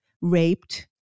raped